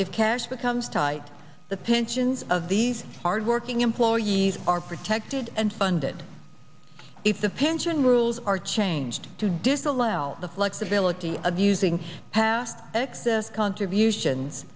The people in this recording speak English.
if cash becomes tight the pensions of these hardworking employees are protected and funded if the pension rules are changed to disallow the flexibility of using past excess contributions